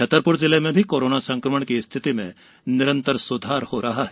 छतरपुर जिले में भी कोरोना संक्रमण की स्थिति में निरंतर सुधार हो रहा है